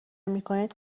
میکنید